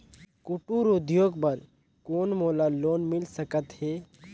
कुटीर उद्योग बर कौन मोला लोन मिल सकत हे?